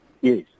Yes